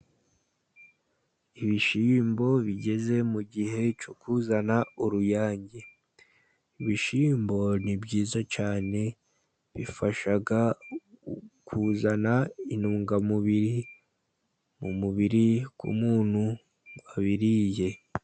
Ibishyimbo bigeze mu gihe cyo kuzana uruyange. Ibishyimbo ni byiza cyane bifasha kuzana intungamubiri mu mubiri w' umuntu wabiriye.